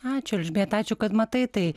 ačiū elžbieta ačiū kad matai tai